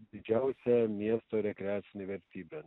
didžiausia miesto rekreacinė vertybė